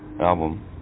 album